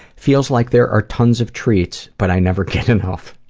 feels like there are tons of treats but i never get enough.